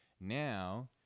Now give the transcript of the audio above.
now